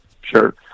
Sure